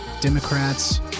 Democrats